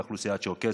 לאוכלוסייה הצ'רקסית,